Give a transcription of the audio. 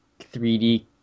3D